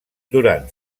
durant